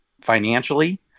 financially